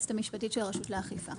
היועצת המשפטית של הרשות לאכיפה.